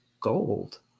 gold